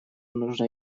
нужно